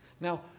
Now